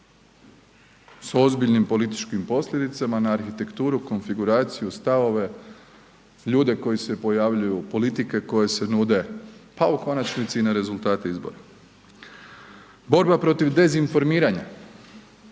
s ozbiljnim političkim posljedicama na arhitekturu, konfiguraciju, stavove, ljude koji se pojavljuju, politike koje se nude pa u konačnici i na rezultate izbora. Borba protiv dezinformiranja,